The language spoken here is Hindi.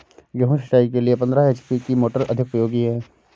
गेहूँ सिंचाई के लिए पंद्रह एच.पी की मोटर अधिक उपयोगी है?